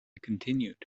continued